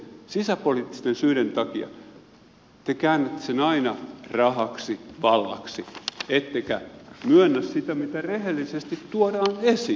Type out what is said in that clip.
mutta täällä poliittisesti sisäpoliittisten syiden takia te käännätte sen aina rahaksi vallaksi ettekä myönnä sitä mitä rehellisesti tuodaan esiin